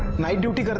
my duty